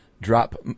drop